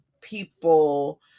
people